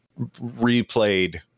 replayed